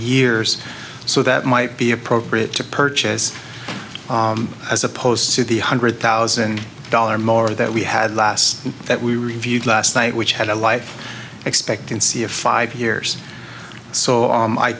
years so that might be appropriate to purchase as opposed to the hundred thousand dollars or more that we had last week that we reviewed last night which had a life expectancy of five years so